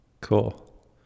Cool